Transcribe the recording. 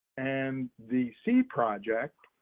and the seed project,